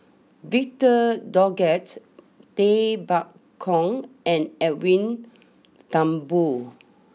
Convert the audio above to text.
Victor Doggett Tay Bak Koi and Edwin Thumboo